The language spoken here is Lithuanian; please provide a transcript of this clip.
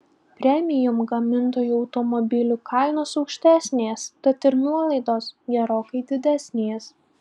premium gamintojų automobilių kainos aukštesnės tad ir nuolaidos gerokai didesnės